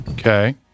Okay